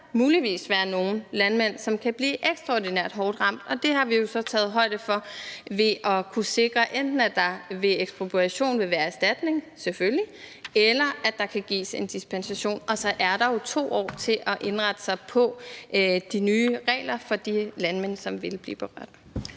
muligvis være nogle landmænd, som kan blive ekstraordinært hårdt ramt. Det har vi jo så taget højde for ved at sikre, at der enten ved en ekspropriation vil være erstatning, selvfølgelig, eller ved, at der kan gives en dispensation. Og så er der jo 2 år til at indrette sig på de nye regler for de landmænd, som vil blive berørt.